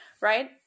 right